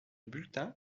bulletin